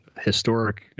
historic